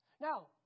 Now